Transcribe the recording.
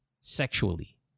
sexually